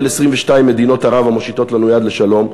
22 מדינות ערב המושיטות לנו יד לשלום,